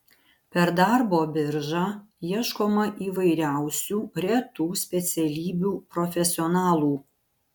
per darbo biržą ieškoma įvairiausių retų specialybių profesionalų